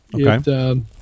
Okay